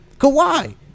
Kawhi